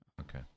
Okay